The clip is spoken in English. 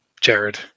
Jared